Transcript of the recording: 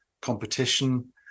competition